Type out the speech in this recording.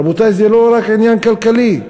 רבותי, זה לא רק עניין כלכלי,